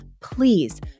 please